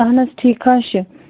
اَہن حظ ٹھیٖک حظ چھُ